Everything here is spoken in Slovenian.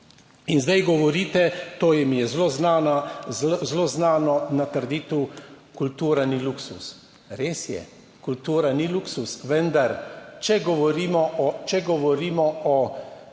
In zdaj govorite, to jim je zelo znana, zelo znano, na trditev kultura ni luksuz. Res je, kultura ni luksuz, vendar če govorimo o